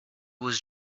was